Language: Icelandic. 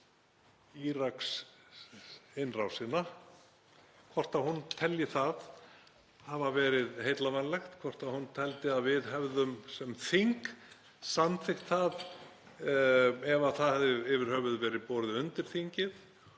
Íraksinnrásina, hvort hún telji það hafa verið heillavænlegt, hvort hún telji að við hefðum sem þing samþykkt það ef það hefði yfirhöfuð verið borið undir þingið.